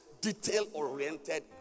detail-oriented